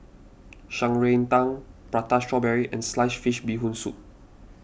Shan Rui Tang Prata Strawberry and Sliced Fish Bee Hoon Soup